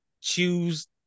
choose